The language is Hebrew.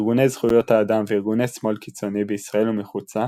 ארגוני זכויות האדם וארגוני שמאל קיצוני בישראל ומחוץ לה